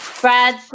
Brad